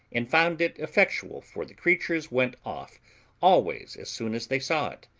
and found it effectual, for the creatures went off always as soon as they saw it,